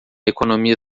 economia